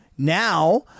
now